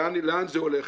לאן זה הולך.